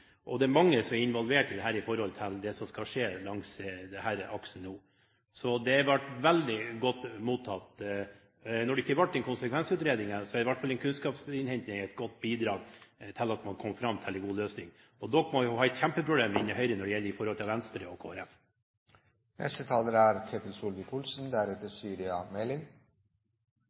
og det er mange som er involvert i dette som skal skje langs denne aksen nå. Så det ble veldig godt mottatt. Når det ikke ble en konsekvensutredning, er i hvert fall en kunnskapsinnhenting et godt bidrag til at man kom fram til en god løsning. Og en må jo ha et kjempeproblem innen Høyre når det gjelder forholdet til Venstre og Kristelig Folkeparti. Jeg synes denne debatten avslører og illustrerer problemene internt i regjeringen. Riktignok er